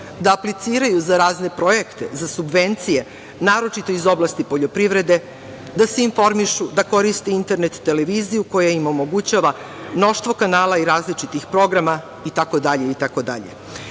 da apliciraju za razne projekte, za subvencije, naročito iz oblasti poljoprivrede, da se informišu, da koriste internet televiziju koja im omogućava mnoštvo kanala i različitih programa, itd.